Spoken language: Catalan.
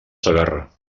segarra